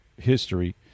history